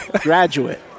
graduate